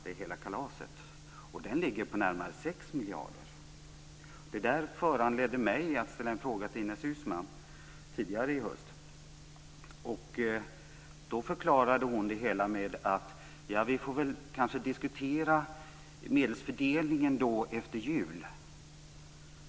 Den planen ligger på närmare 6 miljarder kronor. Detta föranledde mig att tidigare i höst ställa en fråga till Ines Uusmann. Hon förklarade det hela med att säga: Vi får väl diskutera medelsfördelningen efter jul.